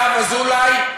הרב אזולאי,